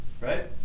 right